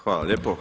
Hvala lijepo.